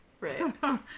right